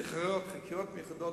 צריך חקירות מיוחדות